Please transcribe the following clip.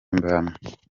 bamwe